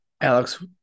Alex